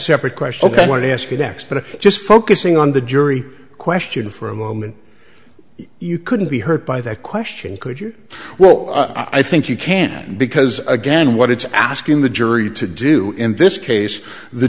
separate question ok i want to ask you next but just focusing on the jury question for a moment you couldn't be hurt by that question could you well i think you can because again what it's asking the jury to do in this case the